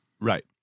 right